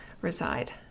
reside